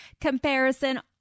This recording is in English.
comparison